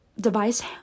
device